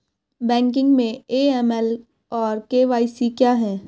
Banking में AML और KYC क्या हैं?